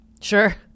Sure